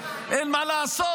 אין מה לעשות,